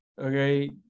Okay